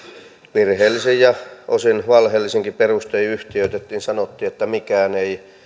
virheellisin ja osin valheellisinkin perustein yhtiöitettiin sanottiin että mikään ei